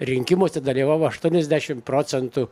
rinkimuose dalyvavo aštuoniasdešim procentų